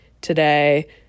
today